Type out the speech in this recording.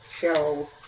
show